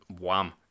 Wham